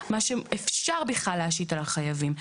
מה שאפשר בכלל להשית על החייבים.